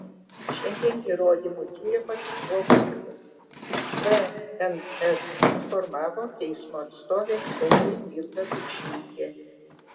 šiandien įrodymų tyrimas buvo baigtas bns informavo teismo atstovė spaudai milda bučnytė